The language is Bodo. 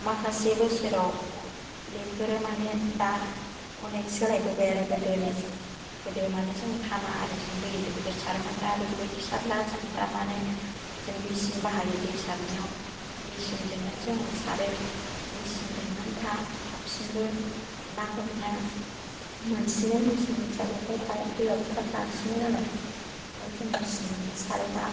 माखासे बोसोराव बेफोरो माने दा अनेक सोलायबोबाय आरो गोदोनि गोदो मानि जोङो धामा आरिजों दै गिदिरफोरखौ सारोमोन दा बेफोरबायदि सारला जोङो दा माने जों मेसिन बाहायो दै सारनायाव मेसिनजोंनो जोङो सारो मेसिनजोंनो दा थाबसिनबो ना हमनो मोनसिनो मेसिनजों सारबाथाय दैआबो थाब रानसिनो नालाय ओंखायनो जों मेसिनजोंनो सारो दा